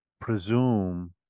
presume